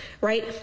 right